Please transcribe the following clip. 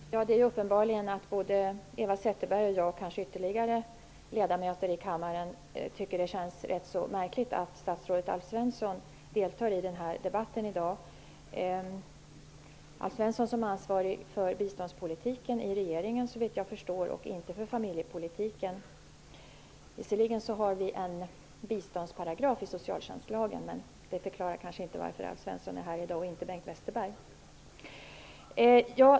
Herr talman! Det är uppenbart att både Eva Zetterberg och jag och kanske också ytterligare ledamöter i kammaren tycker att det känns rätt så märkligt att statsrådet Alf Svensson deltar i den här debatten. Alf Svensson är såvitt jag förstår ansvarig för biståndspolitiken i regeringen och inte för familjepolitiken. Visserligen har vi en biståndsparagraf i socialtjänstlagen, men det förklarar kanske inte varför Alf Svensson är här i dag och inte Bengt Westerberg.